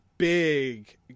big